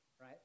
right